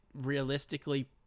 realistically